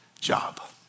job